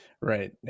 Right